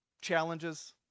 challenges